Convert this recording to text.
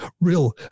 Real